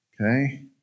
Okay